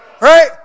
right